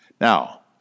Now